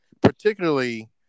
particularly